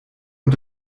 und